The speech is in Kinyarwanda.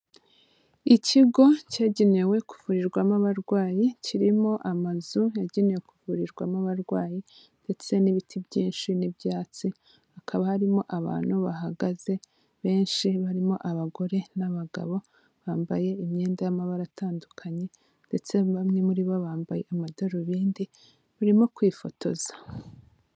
Ikigo cyagenewe kuvurirwamo abarwayi, kirimo amazu yagenewe kuvurirwamo abarwayi ndetse n'ibiti byinshi n'ibyatsi, hakaba harimo abantu bahagaze benshi, barimo abagore n'abagabo bambaye imyenda y'amabara atandukanye ndetse bamwe muri bo bambaye amadarubindi barimo kwifotoza.